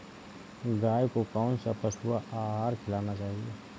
गाय को कौन सा पशु आहार खिलाना चाहिए?